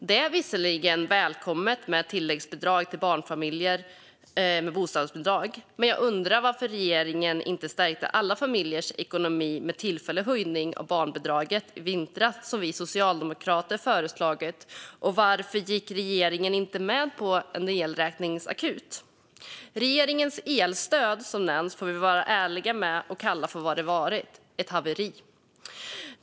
Det är visserligen välkommet med tilläggsbidrag till barnfamiljer med bostadsbidrag, men jag undrar varför regeringen inte stärkte alla familjers ekonomi med en tillfällig höjning av barnbidraget i vintras, så som vi socialdemokrater föreslog, och varför regeringen inte gick med på en elräkningsakut. Regeringens elstöd får vi vara ärliga med att kalla för vad det har varit: ett haveri.